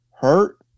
Hurt